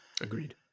Agreed